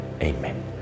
Amen